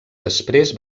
després